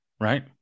right